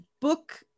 book